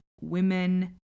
women